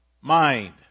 mind